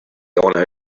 owner